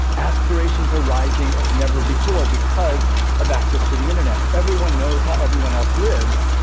aspirations are rising as never before because of access to the internet. everyone knows how everyone else lives.